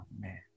man